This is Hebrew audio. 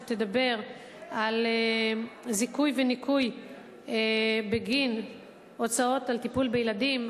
שתדבר על זיכוי וניכוי בגין הוצאות על טיפול בילדים,